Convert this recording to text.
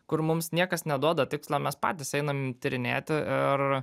kur mums niekas neduoda tikslą mes patys einam tyrinėti ir